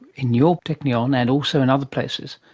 in your technion and and also in other places,